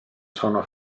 sono